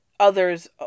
others